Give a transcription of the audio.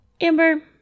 Amber